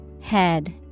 Head